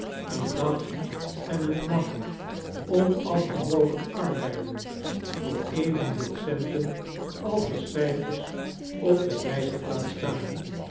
een dag en een nacht onafgebroken arbeiden voor evenveel centen als er cijfers op de wijzerplaat staan